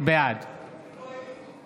בעד